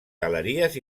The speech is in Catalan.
galeries